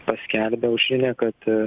paskelbė aušrinė kad